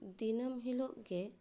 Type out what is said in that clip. ᱫᱤᱱᱟᱹᱢ ᱦᱤᱞᱳᱜ ᱜᱮ